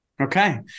Okay